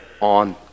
on